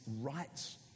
rights